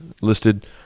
listed